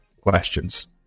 questions